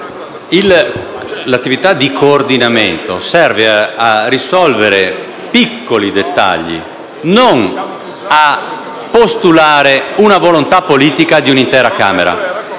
l'attività di coordinamento serve a risolvere piccoli dettagli, e non a postulare una volontà politica di un'intera Assemblea.